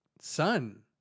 son